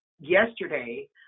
yesterday